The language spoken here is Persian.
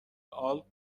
آلپ